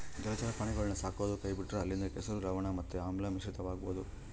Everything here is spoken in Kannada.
ಜಲಚರ ಪ್ರಾಣಿಗುಳ್ನ ಸಾಕದೊ ಕೈಬಿಟ್ರ ಅಲ್ಲಿಂದ ಕೆಸರು, ಲವಣ ಮತ್ತೆ ಆಮ್ಲ ಮಿಶ್ರಿತವಾಗಬೊದು